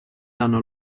danno